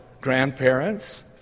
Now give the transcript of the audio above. grandparents